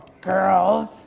Girls